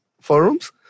forums